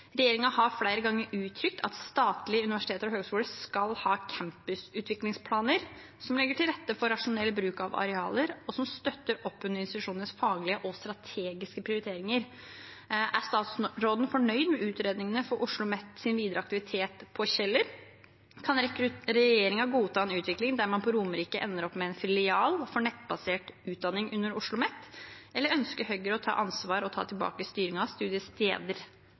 har flere ganger uttrykt at statlige universiteter og høyskoler skal ha campusutviklingsplaner som legger til rette for rasjonell bruk av arealer, og som støtter opp under institusjonenes faglige og strategiske prioriteringer. Er statsråden fornøyd med utredningene for Oslomets videre aktivitet på Kjeller? Kan regjeringen godta en utvikling der man på Romerike ender opp med en filial for nettbasert utdanning under Oslomet? Eller ønsker Høyre å ta ansvar og ta tilbake styringen av studiesteder